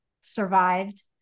survived